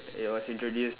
it was introduced